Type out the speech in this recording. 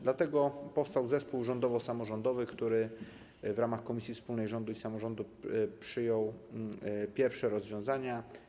Dlatego powstał zespół rządowo-samorządowy, który w ramach komisji wspólnej rządu i samorządu przyjął pierwsze rozwiązania.